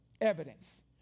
Evidence